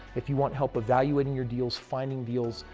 if you want help evaluating your deals, finding deals,